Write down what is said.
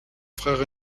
frère